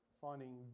Finding